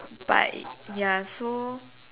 but ya so